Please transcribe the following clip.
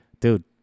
Dude